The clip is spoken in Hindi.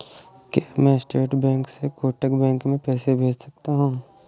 क्या मैं स्टेट बैंक से कोटक बैंक में पैसे भेज सकता हूँ?